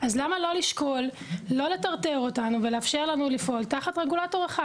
אז למה לא לשקול לא לטרטר אותנו ולאפשר לנו לפעול תחת רגולטור אחד?